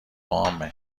عامه